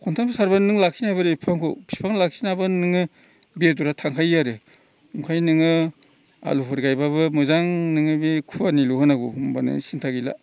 खनथामसो सारबानो नों लाखिनो हायो बिफांखौ बिफां लाखिनो हाबानो नोङो बेदरा थांखायो आरो ओंखायनो नोङो आलुफोर गायबाबो मोजां नोङो बे खुवानिल' होनांगौ होनबानो सिनथा गैला